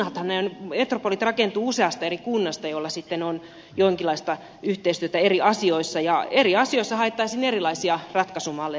maailmallakin metropolit rakentuvat useasta eri kunnasta joilla sitten on jonkinlaista yhteistyötä eri asioissa ja eri asioissa haettaisiin erilaisia ratkaisumalleja